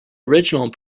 original